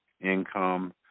income